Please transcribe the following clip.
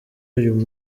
uyu